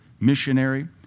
missionary